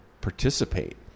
participate